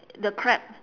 the crab